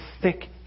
thick